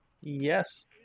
Yes